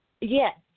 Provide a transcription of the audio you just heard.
Yes